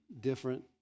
different